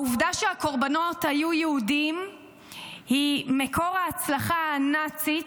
העובדה שהקורבנות היו יהודים היא מקור ההצלחה הנאצית